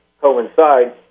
coincide